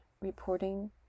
reporting